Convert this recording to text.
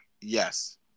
yes